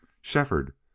Shefford